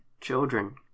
Children